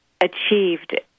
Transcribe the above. achieved